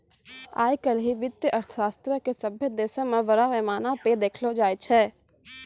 आइ काल्हि वित्तीय अर्थशास्त्रो के सभ्भे देशो मे बड़ा पैमाना पे देखलो जाय छै